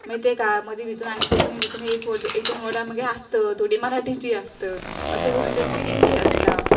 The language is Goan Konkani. मागीर ते काय मदीं भितूर आनी कोंकणी कोंकणी एक व एक दोन वर्डा मागीर आसता थोडी मराठीची आसत अशें करून तेंची हिंदी आसता